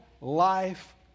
life